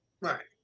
right